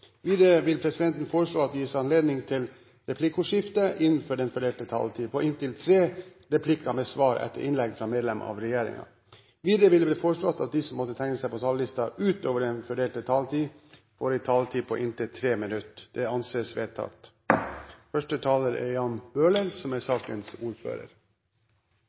Videre vil presidenten foreslå at det gis anledning til replikkordskifte på inntil tre replikker med svar etter innlegg fra medlem av regjeringen innenfor den fordelte taletid. Videre blir det foreslått at de som måtte tegne seg på talerlisten utover den fordelte taletid, får en taletid på inntil 3 minutter. – Det anses vedtatt. De forslagene vi behandler i dag, er